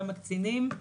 כמה קצינים.